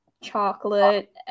chocolate